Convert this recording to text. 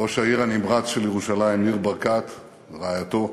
ראש העיר הנמרץ של ירושלים ניר ברקת ורעייתו,